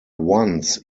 once